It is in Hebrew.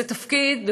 נא לסיים.